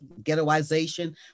ghettoization